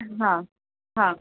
हां हां